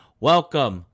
Welcome